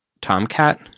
Tomcat